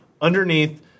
underneath